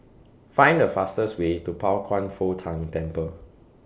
Find The fastest Way to Pao Kwan Foh Tang Temple